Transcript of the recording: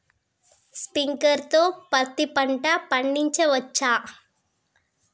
Sprinkler తో పత్తి పంట పండించవచ్చా?